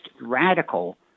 radical